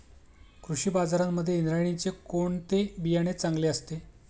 कृषी बाजारांमध्ये इंद्रायणीचे कोणते बियाणे चांगले असते?